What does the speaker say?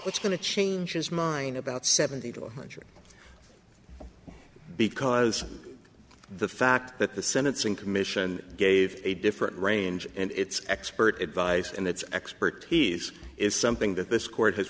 what's going to change his mind about seventy to one hundred because of the fact that the sentencing commission gave a different range and it's expert advice and its expertise is something that this court has